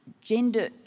gender